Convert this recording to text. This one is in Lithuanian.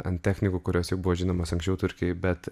ant technikų kurios jau buvo žinomos anksčiau turkijoj bet